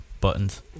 buttons